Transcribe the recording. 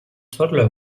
toddler